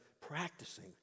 practicing